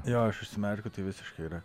jo aš užsimerkiu tai visiškai yra